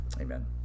Amen